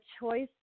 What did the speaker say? choice